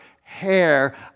hair